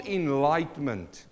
enlightenment